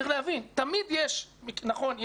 נכון,